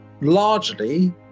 largely